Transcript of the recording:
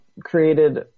created